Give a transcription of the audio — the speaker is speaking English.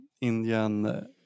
Indian